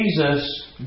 Jesus